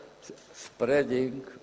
spreading